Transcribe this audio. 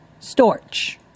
Storch